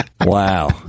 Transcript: Wow